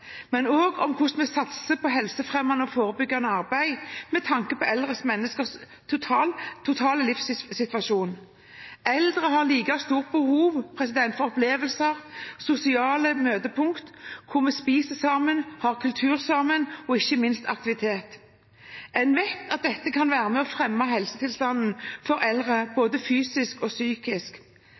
men også om hvordan man satser på helsefremmende og forebyggende arbeid, med tanke på eldre menneskers totale livssituasjon. Eldre har et like stort behov som andre for opplevelser, sosiale møtepunkt hvor man spiser sammen, kultur og ikke minst aktivitet. En vet at dette kan være med og fremme helsetilstanden til eldre, både psykisk og fysisk.